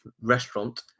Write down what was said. restaurant